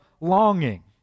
longing